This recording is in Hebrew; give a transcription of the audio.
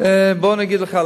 בוא אגיד לך,